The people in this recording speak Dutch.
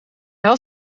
had